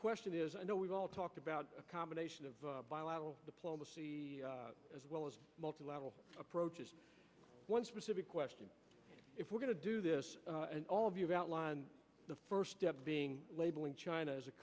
question is i know we've all talked about a combination of bilateral diplomacy as well as a multilateral approach one specific question if we're going to do this and all of you outlined the first step being labeling